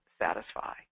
satisfy